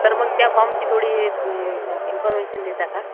sir मग त्या फॉर्मची थोडी इन्फर्मेशन देता का